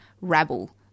rabble